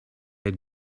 had